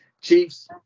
Chiefs